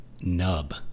nub